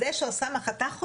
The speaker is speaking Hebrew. זה שאוסאמה חתך אותי,